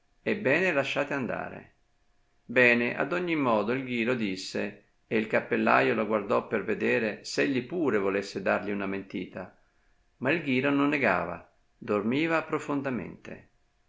ebbene lasciate andare bene ad ogni modo il ghiro disse e il cappellaio lo guardò per vedere s'egli pure volesse dargli una mentita ma il ghiro non negava dormiva profondamente